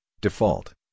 Default